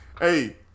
hey